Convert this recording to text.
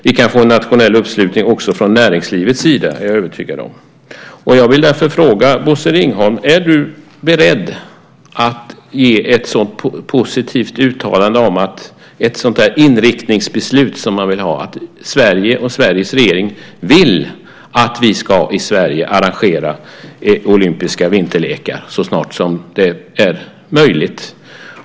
Vi kan också få en nationell uppslutning från näringslivets sida. Det är jag övertygad om. Jag vill därför fråga Bosse Ringholm: Är du beredd att göra ett positivt uttalande om ett sådant inriktningsbeslut om att Sverige och Sveriges regering vill att vi ska arrangera olympiska vinterlekar i Sverige så snart som det är möjligt?